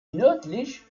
nördlich